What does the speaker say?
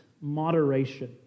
moderation